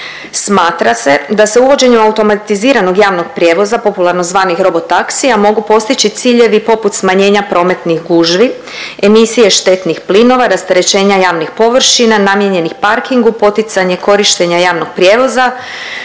Smatra se da se uvođenjem automatiziranog javnog prijevoza, popularno zvanih robo taksija mogu postići ciljevi poput smanjenja prometnih gužvi, emisije štetnih plinova, rasterećenja javnih površina namijenjenih parkingu, poticanje korištenja javnog prijevoza,